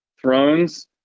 thrones